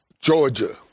Georgia